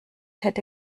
hätte